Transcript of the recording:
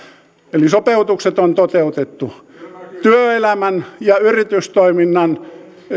eli sopeutukset on toteutettu työelämän ja yritystoiminnan